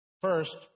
First